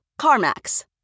CarMax